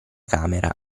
camera